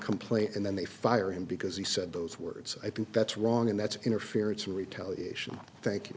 complaint and then they fire him because he said those words i think that's wrong and that's interference in retaliation thank you